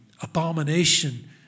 abomination